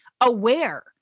aware